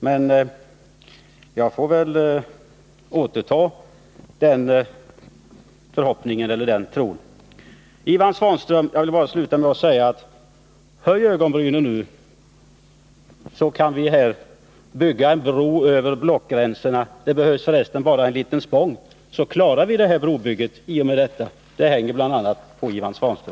Men jag får väl nu överge den tron eller den förhoppningen. Jag vill sluta denna replik med att säga: Höj ögonbrynen nu, Ivan Svanström, så kan vi här bygga en bro över blockgränserna. Det behövs förresten bara en liten spång, så klarar vi detta brobygge. Det hänger bl.a. på Ivan Svanström.